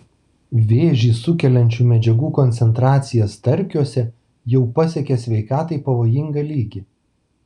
vėžį sukeliančių medžiagų koncentracija starkiuose jau pasiekė sveikatai pavojingą lygį